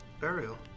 burial